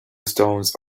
stones